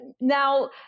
now